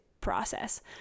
process